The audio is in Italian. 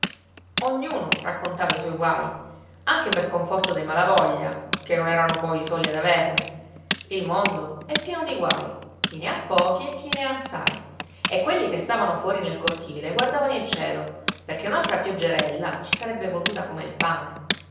ognuno raccontava i suoi guai anche per conforto dei malavoglia che non erano poi i soli ad averne il mondo è pieno di guai chi ne ha pochi e chi ne ha assai e quelli che stavano fuori nel cortile guardavano il cielo perché un'altra pioggerella ci sarebbe voluta come il pane